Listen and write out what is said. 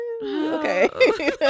okay